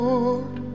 Lord